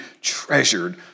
treasured